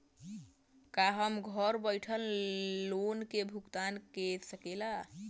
का हम घर बईठे लोन के भुगतान के शकेला?